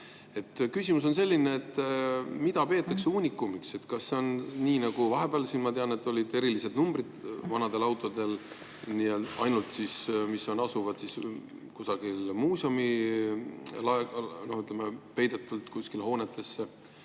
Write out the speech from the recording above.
Küsimus on selline, et mida peetakse uunikumiks. Kas see on nii nagu vahepeal, ma tean, kui olid erilised numbrid vanadel autodel, mis asuvad kusagil muuseumis, peidetud kuskil hoones,